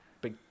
big